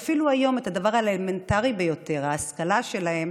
שהיום אפילו את הדבר האלמנטרי ביותר, ההשכלה שלהם,